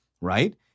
right